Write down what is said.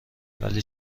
ولی